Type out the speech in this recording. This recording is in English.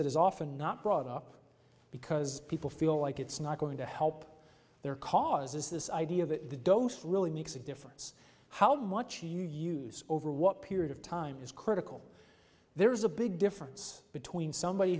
that is often not brought up because people feel like it's not going to help their cause is this idea that the dose really makes a difference how much you use over what period of time is critical there is a big difference between somebody